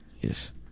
Yes